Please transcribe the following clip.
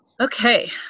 Okay